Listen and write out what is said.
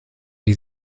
die